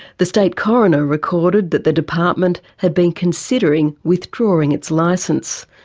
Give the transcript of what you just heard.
the state coroner recorded that the department had been considering withdrawing its license.